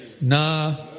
Na